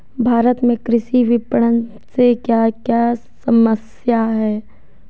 भारत में कृषि विपणन से क्या क्या समस्या हैं?